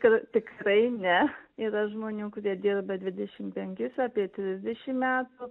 k tikrai ne yra žmonių kurie dirba dvidešim penkis apie trisdešim metų